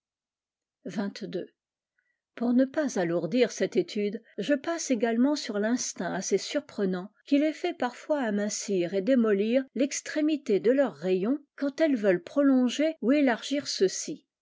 pour ne pas alourdir cette étude je passe également sur l'instinct assez surprenant qui les fait parfois amincir et démolir l'exlrér de leurs rayons quand elles veulent prolor ou élargir ceux-ci